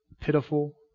pitiful